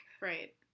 right